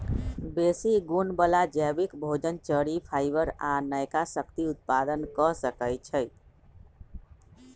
बेशी गुण बला जैबिक भोजन, चरि, फाइबर आ नयका शक्ति उत्पादन क सकै छइ